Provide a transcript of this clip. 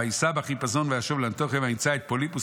"וייסע בחיפזון וישב לאנטיוכיה וימצא את פיליפוס